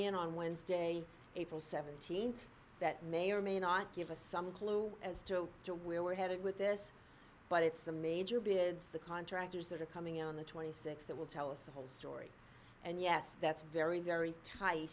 in on wednesday april th that may or may not give us some clue as to where we're headed with this but it's the major bid for the contractors that are coming in on the twenty six that will tell us the whole story and yes that's very very tight